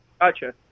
Gotcha